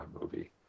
movie